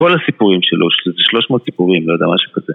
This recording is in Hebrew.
כל הסיפורים שלו, של שלוש מאות סיפורים, לא יודע משהו כזה